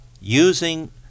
using